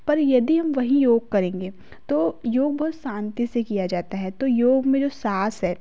पर यदि हम वहीं योग करेंगे तो योग बहुत शांति से किया जाता है तो योग में जो साँस है